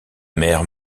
mère